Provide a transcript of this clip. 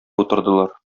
утырдылар